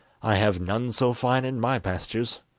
i have none so fine in my pastures.